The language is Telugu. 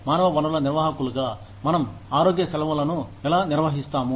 మానవ వనరుల నిర్వాహకులుగా మనం ఆరోగ్య సెలవులను ఎలా నిర్వహిస్తున్నాము